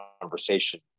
conversation